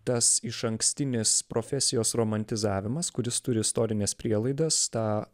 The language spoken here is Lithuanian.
tas išankstinis profesijos romantizavimas kuris turi istorines prielaidas tą